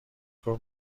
گفت